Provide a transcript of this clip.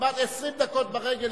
אמרתי 20 דקות ברגל,